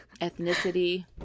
Ethnicity